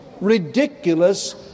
ridiculous